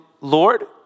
Lord